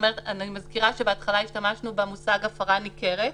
אני מזכירה שבהתחלה השתמשנו במושג "הפרה ניכרת",